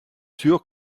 sûr